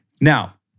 Now